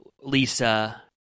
Lisa